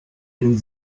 den